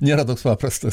nėra toks paprastas